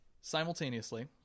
simultaneously